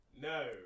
No